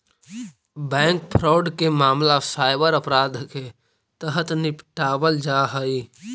bank fraud के मामला cyber अपराध के तहत निपटावल जा हइ